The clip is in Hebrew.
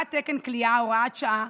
(קביעת תקן כליאה) (הוראת שעה),